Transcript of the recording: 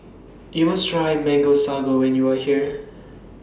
YOU must Try Mango Sago when YOU Are here